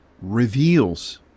reveals